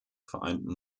vereinten